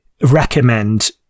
recommend